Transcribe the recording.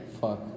Fuck